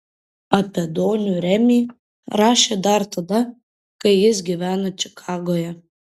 apie donių remį rašė dar tada kai jis gyveno čikagoje